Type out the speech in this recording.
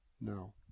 no